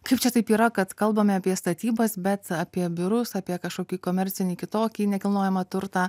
kaip čia taip yra kad kalbame apie statybas bet apie biurus apie kažkokį komercinį kitokį nekilnojamą turtą